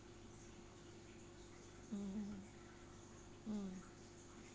mm mm